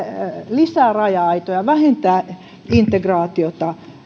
lisää raja aitoja vähentää integraatiota